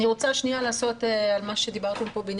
אני רוצה להתייחס למה שדיברתם פה.